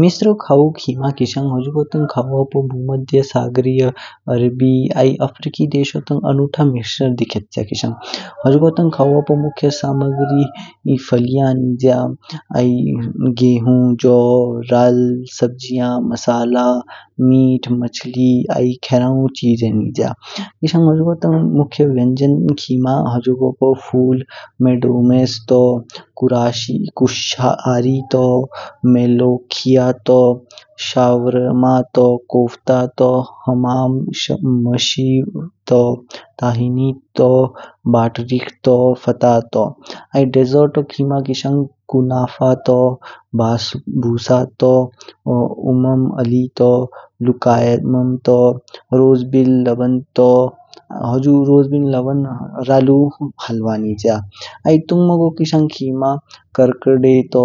मिस्र खवू खिमा किशंग हुजुगो तंग खवू पू भू-मध्य सागरीय, अरबी आई अफ्रीकीय देशो तंग अनूठ मिश्रण दिखेछ्या किशंग। होजुगो तंग खवू पू मुख्य सामग्री फलियां निज्या, आई गेहूं, जौ, राल, सब्जियां, मसाला, मांस, मछली आई खेरंगू चीजे निज्या। किशंग हुजुगो तंग मुख्य व्यंजन खिमा फ्हुल मेडोमेस तू, कोराशी कोशहरी तू, मेलोखिया तू, शाओरोमा तू, कोफ्ता तू, हमा श माशीर तू, ताहिनी तू, बट्रिक तू, फ्हता तू। आई डेजर्टो खिमा किशंग कुन्नाफा तू, बस्स बुसे तू, उम्म अली तू, लुकायम तू, रोज बिल लवान तू। हुजुरोसे बिल लवान रालू हलवा निज्या। आई तुंगमो किशंग खिमा कर्कडे तू,